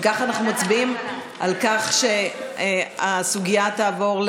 אם ככה, אנחנו מצביעים על כך שהסוגיה תעבור,